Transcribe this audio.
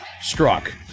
struck